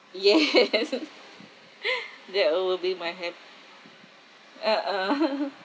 yes that uh will be my happ~ uh uh